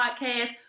podcast